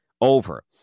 over